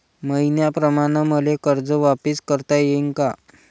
मईन्याप्रमाणं मले कर्ज वापिस करता येईन का?